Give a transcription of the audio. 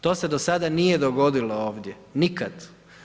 To se do sada nije dogodilo ovdje, nikad.